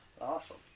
awesome